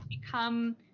become